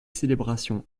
célébrations